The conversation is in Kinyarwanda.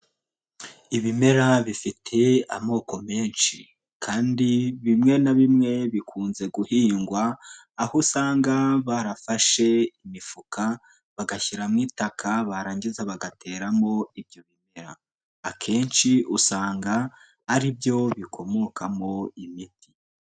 Ibimera bifite amoko menshi kandi bimwe na bimwe bikunze guhingwa, aho usanga barafashe imifuka bagashyiramo itaka barangiza bagateramo ibyo bimera, akenshi usanga ari byo bikomokamo imiti.